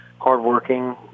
hardworking